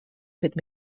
fet